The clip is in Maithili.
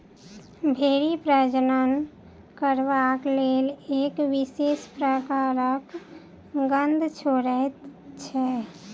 भेंड़ी प्रजनन करबाक लेल एक विशेष प्रकारक गंध छोड़ैत छै